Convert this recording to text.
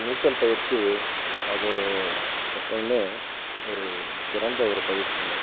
நீச்சல் பயிற்சி அது எப்போதுமே ஒரு சிறந்த ஒரு பயிற்சிங்க